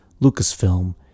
Lucasfilm